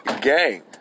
Gang